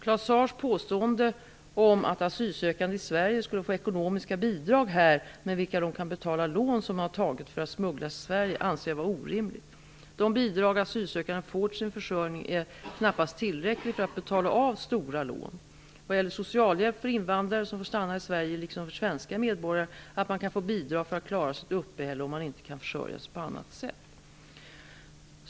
Claus Zaars påstående om att asylsökande i Sverige skulle få ekonomiska bidrag här med vilka de kan betala lån som de tagit för att smugglas till Sverige, anser jag vara orimligt. De bidrag asylsökande får till sin försörjning är knappast tillräckliga för att betala av stora lån. Vad gäller socialhjälp för invandrare som får stanna i Sverige gäller liksom för svenska medborgare att man kan få bidrag för att klara sitt uppehälle om man inte kan försörja sig på annat sätt.